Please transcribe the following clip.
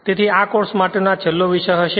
તેથી આ કોર્સ માટેનો આ છેલ્લો વિષય હશે